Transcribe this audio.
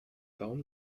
baum